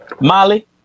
molly